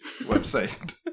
website